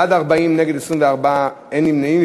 בעד, 40, נגד, 24, אין נמנעים.